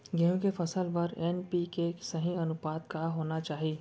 गेहूँ के फसल बर एन.पी.के के सही अनुपात का होना चाही?